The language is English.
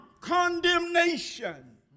condemnation